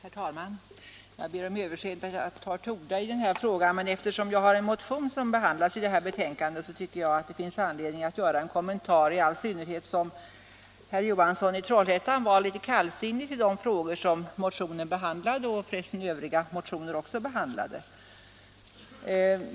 Herr talman! Jag ber om överseende med att jag tar till orda i den här frågan, men eftersom jag har en motion som behandlas i det aktuella betänkandet tycker jag att det finns anledning att göra en kommentar, i all synnerhet som herr Johansson i Trollhättan var litet kallsinnig inför de frågor som denna motion liksom övriga motioner behandlar.